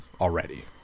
already